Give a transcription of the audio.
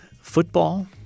football